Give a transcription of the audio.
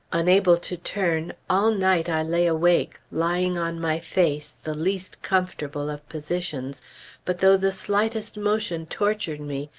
unable to turn, all night i lay awake, lying on my face, the least comfortable of positions but though the slightest motion tortured me,